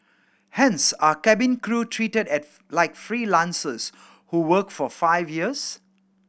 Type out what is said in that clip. hence are cabin crew treated like freelancers who work for five years